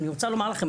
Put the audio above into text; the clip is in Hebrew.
אני רוצה לומר לכם,